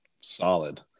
solid